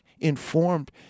informed